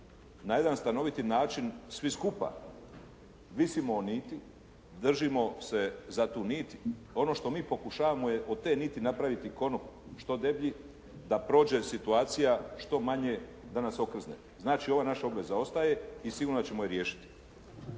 Na jedan stanoviti način svi skupa visimo o niti, držimo se o tu nit. Ono što mi pokušavamo je od te niti napraviti konop što deblji da prođe situacija što manje da nas okrzne. Znači, ova naša obveza ostaje i sigurno je da ćemo je riješiti.